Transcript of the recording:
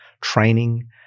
training